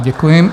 Děkuji.